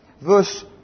verse